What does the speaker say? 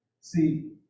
See